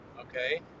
okay